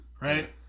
Right